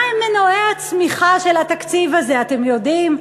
מה הם מנועי הצמיחה של התקציב הזה, אתם יודעים?